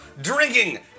drinking